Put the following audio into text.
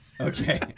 Okay